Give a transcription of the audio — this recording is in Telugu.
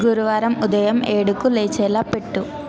గురువారం ఉదయం ఏడుకు లేచేలా పెట్టు